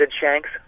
Shanks